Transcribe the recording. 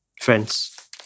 Friends